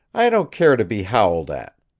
i don't care to be howled at.